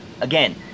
again